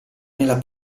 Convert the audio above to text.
nella